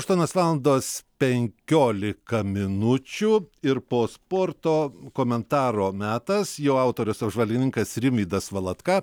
aštuonios valandos penkiolika minučių ir po sporto komentaro metas jo autorius apžvalgininkas rimvydas valatka